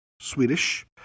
Swedish